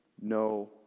no